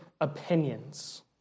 opinions